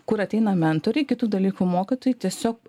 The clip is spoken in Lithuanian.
kur ateina mentoriai kitų dalykų mokytojai tiesiog